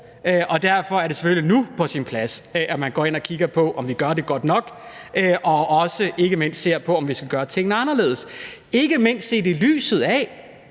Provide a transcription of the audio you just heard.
og derfor er det selvfølgelig nu på sin plads, at man går ind og kigger på, om man gør det godt nok, og ikke mindst også ser på, om man skal gøre tingene anderledes, ikke mindst set i lyset af,